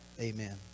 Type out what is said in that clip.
Amen